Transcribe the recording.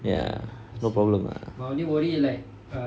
ya no problem lah